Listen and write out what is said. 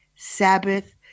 Sabbath